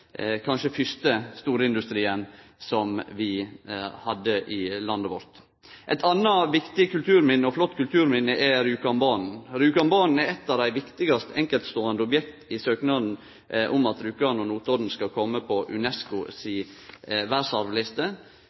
kanskje fyrste storindustrien som vi hadde i landet vårt. Eit anna viktig kulturminne – og flott kulturminne – er Rjukanbanen. Rjukanbanen er eitt av dei viktigaste enkeltståande objekt i søknaden om at Rjukan og Notodden skal kome på UNESCO si verdsarvliste.